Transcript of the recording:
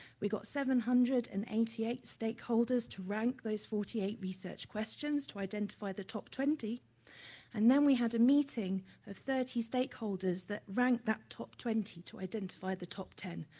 we got seven hundred and eighty eight stakeholders to rank those forty eight research questions, too identify the top twenty and then we had a meeting of thirty stakeholders that ranked that top twenty to identify the top ten.